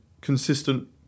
consistent